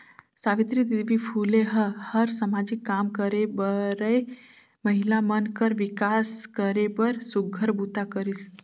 सावित्री देवी फूले ह हर सामाजिक काम करे बरए महिला मन कर विकास करे बर सुग्घर बूता करिस